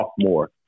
sophomore